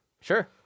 Sure